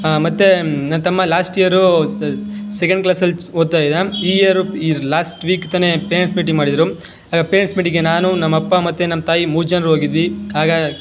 ಮತ್ತೆ ನನ್ನ ತಮ್ಮ ಲಾಸ್ಟ್ ಇಯರು ಸೆಕೆಂಡ್ ಕ್ಲಾಸ್ಸಲ್ಲಿ ಓದ್ತಾಯಿದ್ದ ಈ ಇಯರು ಲಾಸ್ಟ್ ವೀಕ್ ತಾನೇ ಪೇರೆಂಟ್ಸ್ ಮೀಟಿಂಗ್ ಮಾಡಿದ್ರು ಆಗ ಪೇರೆಂಟ್ಸ್ ಮೀಟಿಂಗೆ ನಾನು ನಮ್ಮಪ್ಪ ಮತ್ತು ನಮ್ಮ ತಾಯಿ ಮೂರು ಜನರು ಹೋಗಿದ್ವಿ ಆಗ